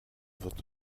wird